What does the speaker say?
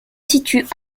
situe